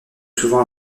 souvent